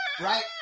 right